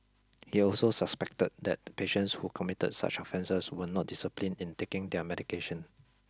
he also suspected that patients who committed such offences were not disciplined in taking their medication